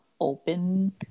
open